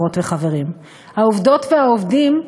והביטחון האישי,